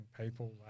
people